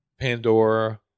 Pandora